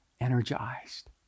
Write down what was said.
energized